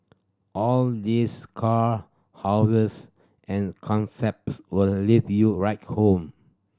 all this car houses and concepts will leave you right home